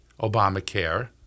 Obamacare